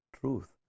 truth